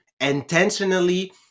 intentionally